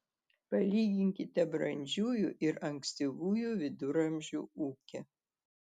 palyginkite brandžiųjų ir ankstyvųjų viduramžių ūkį